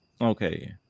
Okay